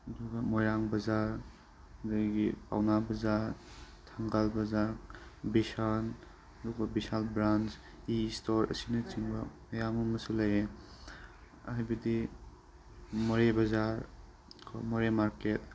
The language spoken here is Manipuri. ꯑꯗꯨꯒ ꯃꯣꯏꯔꯥꯡ ꯕꯖꯥꯔ ꯑꯗꯒꯤ ꯄꯥꯎꯅꯥ ꯕꯖꯥꯔ ꯊꯪꯒꯥꯜ ꯕꯖꯥꯔ ꯕꯤꯁꯥꯜ ꯑꯗꯨꯒ ꯕꯤꯁꯥꯜ ꯕ꯭ꯔꯥꯟꯁ ꯏ ꯏꯁꯇꯣꯔ ꯑꯁꯤꯅꯆꯤꯡꯕ ꯃꯌꯥꯝ ꯑꯃꯁꯨ ꯂꯩꯔꯦ ꯍꯥꯏꯕꯗꯤ ꯃꯣꯔꯦ ꯕꯖꯥꯔ ꯑꯩꯈꯣꯏ ꯃꯣꯔꯦ ꯃꯥꯔꯀꯦꯠ